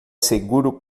seguro